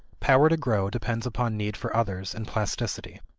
power to grow depends upon need for others and plasticity.